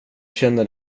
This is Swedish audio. känner